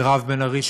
גם את מירב בן ארי,